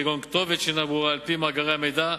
כגון כתובת שאינה ברורה על-פי מאגרי המידע,